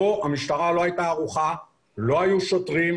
כאן המשטרה לא הייתה ערוכה, לא היו שוטרים.